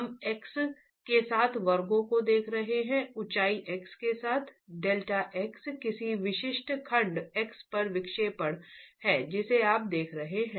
हम x के साथ वर्गों को देख रहे हैं ऊंचाई x के साथ डेल्टा x किसी विशिष्ट खंड x पर विक्षेपण है जिसे आप देख रहे हैं